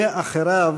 ואחריו,